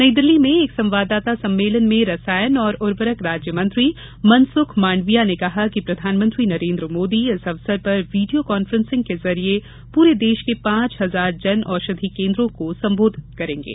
नई दिल्ली में एक संवाददाता सम्मेलन में रसायन और उर्वरक राज्य मंत्री मनसुख मांडविया ने कहा कि प्रधानमंत्री नरेन्द्र मोदी इस अवसर पर वीडियो कांफ्रेंसिंग के जरिये पूरे देश के पांच हजार जन औषधि केन्द्रों को सम्बोधित करेंगे